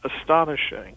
astonishing